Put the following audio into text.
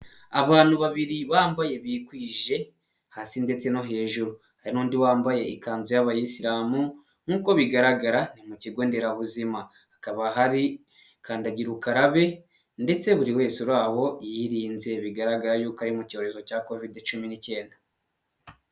Abantu babiri bambaye bikwije hasi ndetse no hejuru; hari n'undi wambaye ikanzu y'abayisilamu; nk'uko bigaragara ni mu kigo nderabuzima; hakaba hari kandagira ukarabe ndetse buri wese uri aho yirinze bigaragara y'uko ari mu cyorezo cya covid cumi n'icyenda.